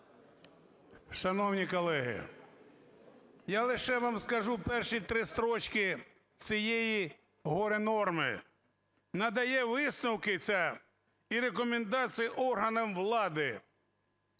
Шановні колеги, я лише вам скажу перші три строчки цієї горе-норми: надає висновки і рекомендації органам влади